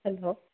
hello